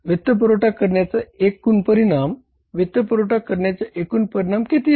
वित्तपुरवठा करण्याचा एकूण परिणाम वित्तपुरवठा करण्याचा एकूण परिणाम किती आहे